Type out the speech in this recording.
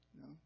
no